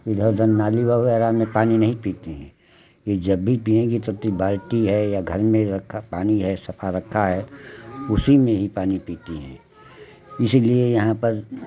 इधर उधर नाली वग़ैरह में पानी नहीं पीती हैं ये जब भी पिएँगी तो बाल्टी है या घड़ा में रखा पानी है सफा रखा है उसी में ही पानी पीती हैं इसलिए यहाँ पर